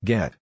Get